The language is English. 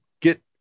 get